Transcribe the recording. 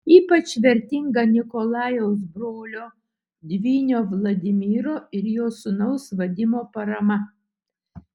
ypač vertinga nikolajaus brolio dvynio vladimiro ir jo sūnaus vadimo parama